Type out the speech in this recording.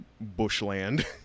bushland